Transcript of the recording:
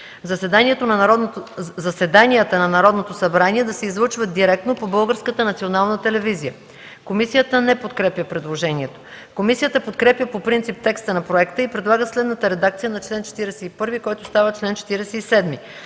„Заседанията на Народното събрание да се излъчват директно по Българската национална телевизия.” Комисията не подкрепя предложението. Комисията подкрепя по принцип текста на проекта и предлага следната редакция на чл. 41, който става чл. 47: